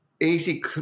Easy